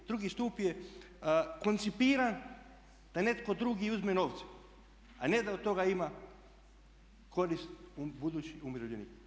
Drugi stup je koncipiran da netko drugi uzme novce a ne da od toga ima korist budući umirovljenik.